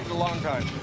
long time